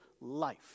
life